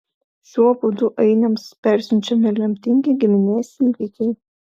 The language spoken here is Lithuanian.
šiuo būdu ainiams persiunčiami lemtingi giminės įvykiai